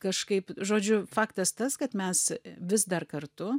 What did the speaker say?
kažkaip žodžiu faktas tas kad mes vis dar kartu